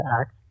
act